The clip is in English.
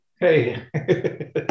Hey